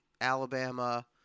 Alabama